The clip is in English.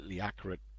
accurate